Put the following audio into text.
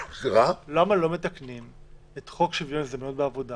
אז למה לא מתקנים את חוק שוויון הזדמנויות בעבודה